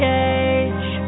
Cage